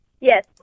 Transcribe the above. Yes